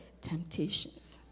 temptations